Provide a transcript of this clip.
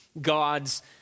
God's